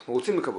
אנחנו רוצים לקוות,